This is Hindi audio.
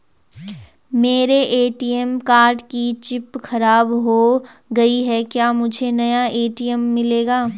मेरे ए.टी.एम कार्ड की चिप खराब हो गयी है क्या मुझे नया ए.टी.एम मिलेगा?